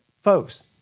Folks